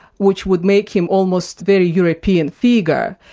which would make him almost very european figure,